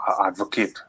advocate